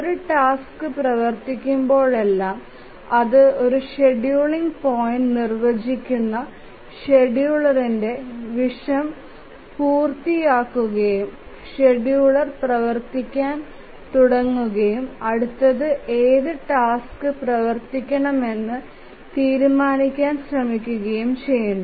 ഒരു ടാസ്ക് പ്രവർത്തിക്കുമ്പോഴെല്ലാം അത് ഒരു ഷെഡ്യൂളിംഗ് പോയിന്റ് നിർവചിക്കുന്ന ഷെഡ്യൂളറിന്റെ വിഷം പൂർത്തിയാക്കുകയും ഷെഡ്യൂളർ പ്രവർത്തിക്കാൻ തുടങ്ങുകയും അടുത്തത് ഏത് ടാസ്ക് പ്രവർത്തിപ്പിക്കണമെന്ന് തീരുമാനിക്കാൻ ശ്രമിക്കുകയും ചെയ്യുന്നു